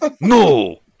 no